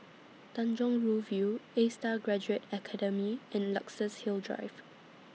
Tanjong Rhu View A STAR Graduate Academy and Luxus Hill Drive